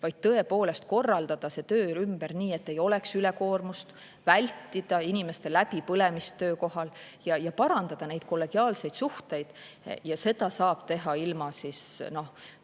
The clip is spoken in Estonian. vaid korraldada töö ümber nii, et ei oleks ülekoormust, vältida inimeste läbipõlemist töökohal ja parandada kollegiaalseid suhteid. Ja seda saab teha, noh,